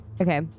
Okay